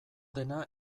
dena